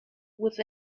with